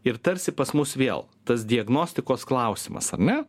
ir tarsi pas mus vėl tas diagnostikos klausimas ar ne